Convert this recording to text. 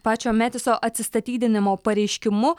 pačio metiso atsistatydinimo pareiškimu